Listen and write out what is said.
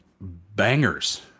bangers